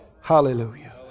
Hallelujah